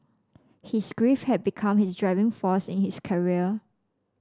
his grief had become his driving force in his career